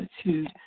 attitude